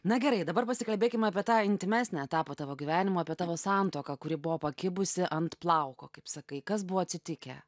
na gerai dabar pasikalbėkim apie tą intymesnį etapą tavo gyvenimo apie tavo santuoką kuri buvo pakibusi ant plauko kaip sakai kas buvo atsitikę